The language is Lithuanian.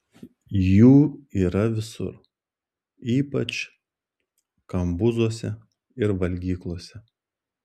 jų yra visur ypač kambuzuose ir valgyklose